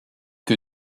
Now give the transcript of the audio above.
que